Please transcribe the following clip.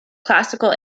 classical